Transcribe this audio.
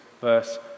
verse